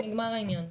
נגמר העניין.